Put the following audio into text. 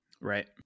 Right